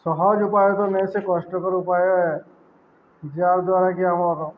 ସହଜ୍ ଉପାୟ ତ ନେଇ ସେ କଷ୍ଟକର ଉପାୟ ଏ ଯାହାର୍ ଦ୍ୱାରା କି ଆମର୍